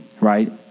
right